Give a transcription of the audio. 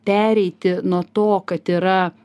pereiti nuo to kad yra